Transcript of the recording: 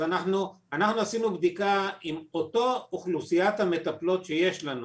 אז אנחנו עשינו בדיקה עם אותה אוכלוסיית המטפלות שיש לנו,